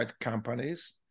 companies